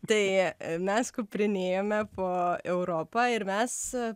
tai mes kuprinėjome po europą ir mes